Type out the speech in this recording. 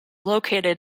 located